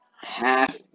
half